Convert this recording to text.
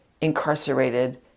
incarcerated